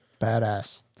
Badass